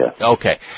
Okay